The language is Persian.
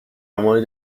مورد